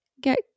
Get